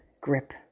grip